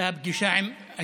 מארח טוב.